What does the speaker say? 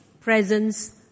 presence